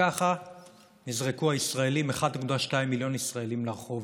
וככה נזרקו הישראלים, 1.2 מיליון ישראלים, לרחוב.